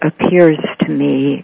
appears to me